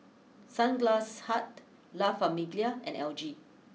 Sunglass Hut La Famiglia and L G